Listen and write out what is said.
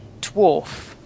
Dwarf